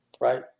Right